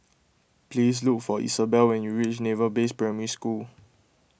please look for Isabel when you reach Naval Base Primary School